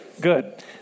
Good